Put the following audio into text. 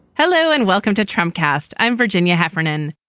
hello and welcome to trump cast. i'm virginia heffernan.